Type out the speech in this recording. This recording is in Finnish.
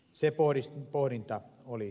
se pohdinta oli tarpeen